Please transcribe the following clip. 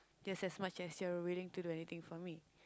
just as much as you're willing to do anything for me